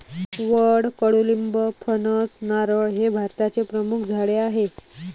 वड, कडुलिंब, फणस, नारळ हे भारताचे प्रमुख झाडे आहे